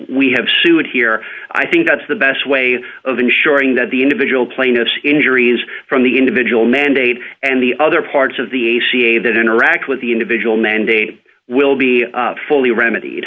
we have sued here i think that's the best way of ensuring that the individual plaintiffs injuries from the individual mandate and the other parts of the a ca that interact with the individual mandate will be fully remedied